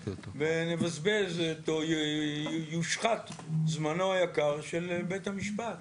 ונבזבז ויושחת זמנו היקר של בית המשפט.